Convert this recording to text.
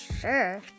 sure